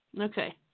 Okay